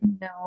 No